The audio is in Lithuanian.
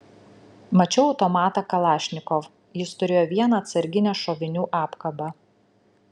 mačiau automatą kalašnikov jis turėjo vieną atsarginę šovinių apkabą